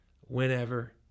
whenever